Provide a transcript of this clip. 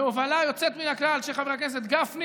בהובלה יוצאת מהכלל של חבר הכנסת גפני